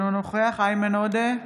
אינו נוכח איימן עודה,